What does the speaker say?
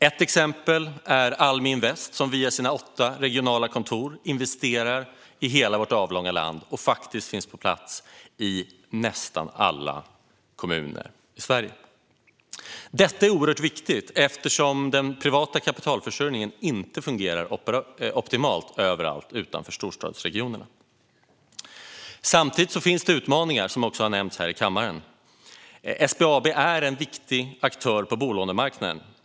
Ett exempel är Almi Invest som via sina åtta regionala kontor investerar i hela vårt avlånga land och finns på plats i nästan alla kommuner i Sverige. Detta är oerhört viktigt, eftersom den privata kapitalförsörjningen inte fungerar optimalt överallt utanför storstadsregionerna. Samtidigt finns det utmaningar, som också har nämnts här i kammaren. SBAB är en viktig aktör på bolånemarknaden.